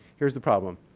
here's the problem.